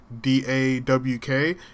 D-A-W-K